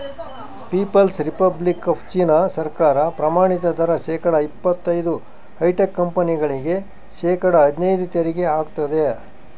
people's republic of China ಸರ್ಕಾರ ಪ್ರಮಾಣಿತ ದರ ಶೇಕಡಾ ಇಪ್ಪತೈದು ಹೈಟೆಕ್ ಕಂಪನಿಗಳಿಗೆ ಶೇಕಡಾ ಹದ್ನೈದು ತೆರಿಗೆ ಹಾಕ್ತದ